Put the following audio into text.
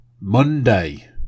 Monday